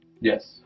Yes